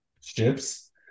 ships